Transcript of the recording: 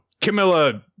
Camilla